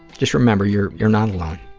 just remember, you're you're not alone.